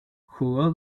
jugó